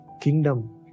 kingdom